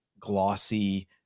glossy